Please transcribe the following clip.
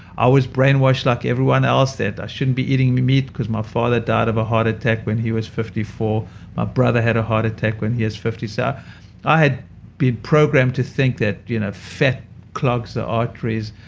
i was brainwashed like everyone else that i shouldn't be eating meat, because my father died of a heart attack when he was fifty four. my brother had a heart attack when he was fifty, so i had been programmed to think that you know fat clogs the arteries.